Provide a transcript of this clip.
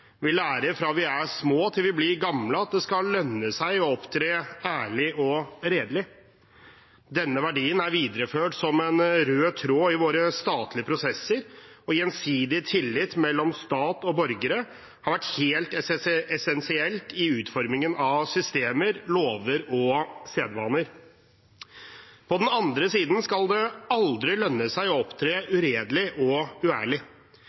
Vi lærer fra vi er små, til vi blir gamle, at det skal lønne seg å opptre ærlig og redelig. Denne verdien er videreført som en rød tråd i våre statlige prosesser, og gjensidig tillit mellom stat og borgere har vært helt essensielt i utformingen av systemer, lover og sedvaner. På den andre siden skal det aldri lønne seg å opptre uredelig og uærlig.